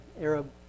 Arab